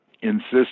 insist